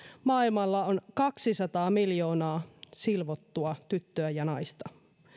maailmalla on kaksisataa miljoonaa silvottua tyttöä ja naista